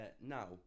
now